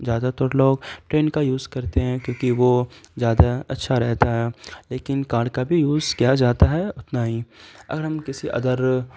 زیادہ تر لوگ ٹرین کا یوز کرتے ہیں کیونکہ وہ زیادہ اچھا رہتا ہے لیکن کار کا بھی یوز کیا جاتا ہے اتنا ہی اگر ہم کسی ادر